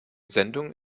sendung